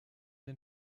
den